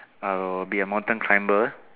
I will be a mountain climber